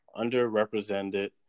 underrepresented